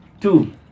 Two